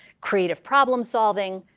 creative problem solving.